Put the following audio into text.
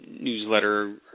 newsletter